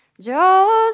Joseph